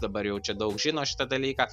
dabar jau čia daug žino šitą dalyką